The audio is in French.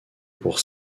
pour